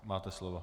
Máte slovo.